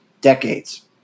decades